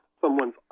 someone's